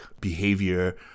behavior